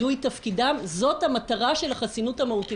על-ידי הייעוץ המשפטי של הכנסת לאורך שנים,